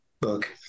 book